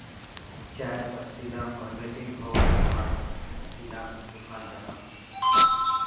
चायर पत्ती ला फोर्मटिंग होवार बाद इलाक सुखाल जाहा